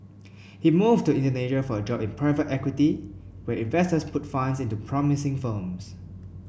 he moved to Indonesia for a job in private equity where investors put funds into promising firms